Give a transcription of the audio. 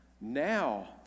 now